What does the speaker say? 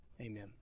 amen